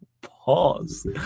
Pause